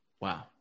Wow